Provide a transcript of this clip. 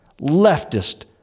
leftist